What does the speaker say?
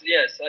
Yes